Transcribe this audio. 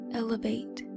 elevate